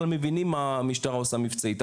מבינים מה המשטרה עושה מבחינה מבצעית.